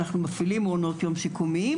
אנחנו מפעילים מעונות יום שיקומיים